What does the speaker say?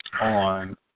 on